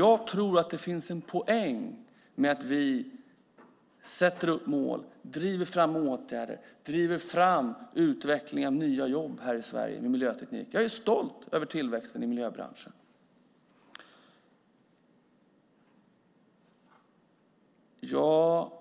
Jag tror att det finns en poäng med att vi sätter upp mål och driver fram åtgärder och en utveckling när det gäller nya jobb här i Sverige och då med miljöteknik. Jag är stolt över tillväxten i miljöbranschen. Jag